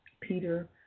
Peter